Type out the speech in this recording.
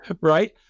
right